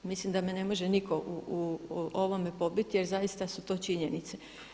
Mislim da me ne može nitko u ovome pobiti jer zaista su to činjenice.